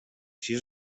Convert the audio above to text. sis